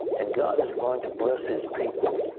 and god is going to bless his people.